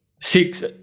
six